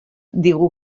digu